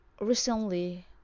Recently